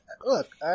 Look